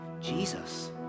Jesus